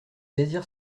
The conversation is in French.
désir